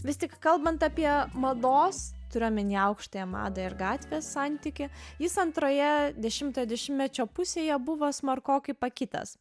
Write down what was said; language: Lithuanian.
vis tik kalbant apie mados turiu omeny aukštąją madą ir gatvės santykį jis antroje dešimtojo dešimtmečio pusėje buvo smarkokai pakitęs